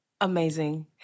Amazing